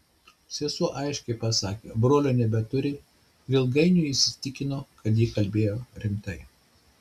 sesuo aiškiai pasakė brolio nebeturi ir ilgainiui jis įsitikino kad ji kalbėjo rimtai